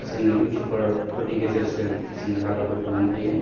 जोंनि इउटुबारफोरनि गेजेरजों जोङो रादाबफोरखौ मोन्नो हायो